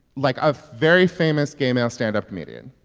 like, a very famous gay male stand-up comedian?